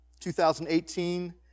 2018